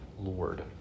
Lord